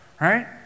right